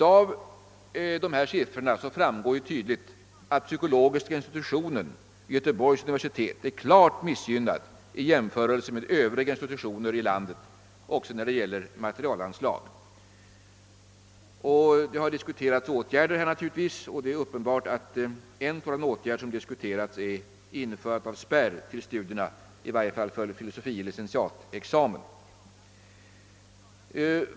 Av dessa siffror framgår tydligt att psykologiska institutionen vid Göteborgs universitet är klart missgynnad i jämförelse med övriga motsvarande institutioner i landet när det gäller materielanslag. Det har naturligtvis diskuterats vilka åtgärder som skall vidtas för att förbättra situationen, och en av dessa åtgärder är självfallet införandet av en spärr för intagningen till studierna åtminstone beträffande filosofie licentiatexamen.